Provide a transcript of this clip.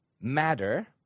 matter